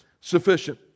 sufficient